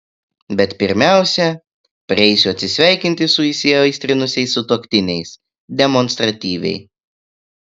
bet pirmiausia prieisiu atsisveikinti su įsiaistrinusiais sutuoktiniais demonstratyviai